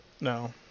No